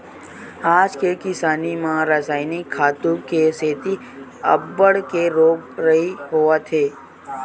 आज के किसानी म रसायनिक खातू के सेती अब्बड़ के रोग राई होवत हे